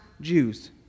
Jews